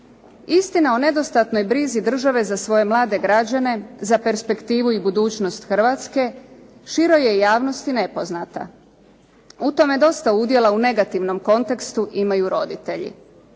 Istina o nedostatnoj brizi države za svoje mlade građane, za perspektivu i budućnost Hrvatske široj je javnosti nepoznata. U tome dosta udjela u negativnom kontekstu imaju roditelji.